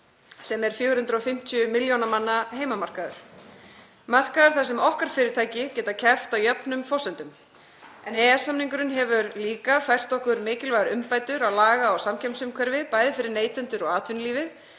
sem er 450 milljóna manna heimamarkaður, markaður þar sem okkar fyrirtæki geta keppt á jöfnum forsendum. En EES-samningurinn hefur líka fært okkur mikilvægar umbætur á laga- og samkeppnisumhverfi, bæði fyrir neytendur og atvinnulífið,